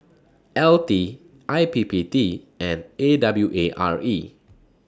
L T I P P T and A W A R E